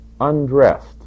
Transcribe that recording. undressed